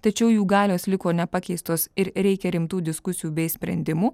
tačiau jų galios liko nepakeistos ir reikia rimtų diskusijų bei sprendimų